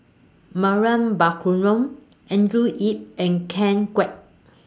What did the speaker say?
Mariam Baharom Andrew Yip and Ken Kwek